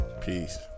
Peace